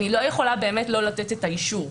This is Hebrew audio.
אני לא יכולה באמת לא לתת את האישור.